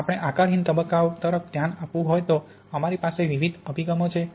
જો આપણે આકારહીન તબક્કા તરફ ધ્યાન આપવું હોય તો અમારી પાસે વિવિધ અભિગમો છે